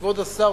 כבוד השר,